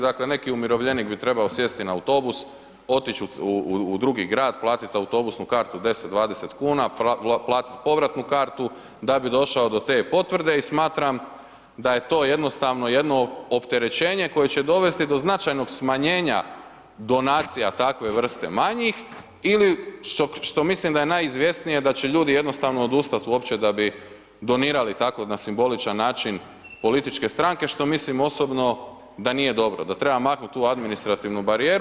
Dakle, neki umirovljenik bi trebao sjesti na autobus, otići u drugi grad, platiti autobusnu kartu 10, 20 kuna, platiti povratnu kartu da bi došao do te potvrde i smatram da je to jednostavno jedno opterećenje koje će dovesti do značajnog smanjenja donacija takve vrste manjih ili što mislim da je najizvjesnije da će ljudi jednostavno odustati uopće da bi donirali tako na simboličan način političke stranke što mislim osobno da nije dobro, da treba maknuti tu administrativnu barijeru.